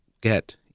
get